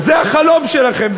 זה החלום שלכם.